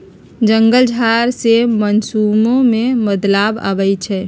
जंगल झार से मानसूनो में बदलाव आबई छई